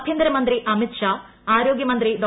ആഭ്യന്തരമന്ത്രി അമിത് ഷാ ആരോഗ്യമന്ത്രി ഡോ